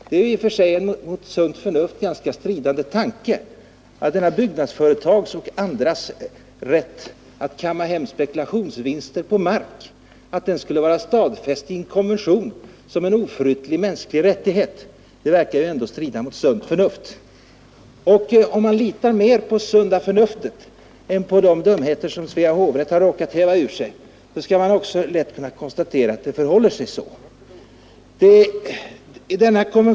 Det är i och för sig en mot sunt förnuft ganska stridande tanke att byggnadsföretags och andras rätt att kamma hem spekulationsvinster på markaffärer skulle vara stadfäst i en konvention som en oförytterlig mänsklig rättighet. Om man litar mer på sunda förnuftet än på de dumheter som Svea hovrätt har råkat häva ur sig, så skall man också lätt kunna konstatera att det förhåller sig så.